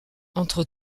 entre